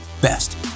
best